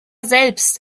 selbst